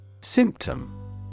Symptom